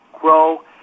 grow